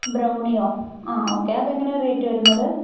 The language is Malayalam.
ബ്രൌണിയോ ആ ഓക്കേ അതെങ്ങനെയാ റേറ്റ് വരുന്നത്